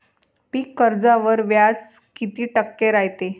पीक कर्जावर व्याज किती टक्के रायते?